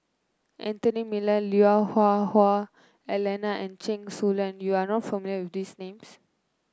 Anthony Miller Lui Hah Wah Elena and Chen Su Lan you are not familiar with these names